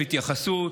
התייחסות,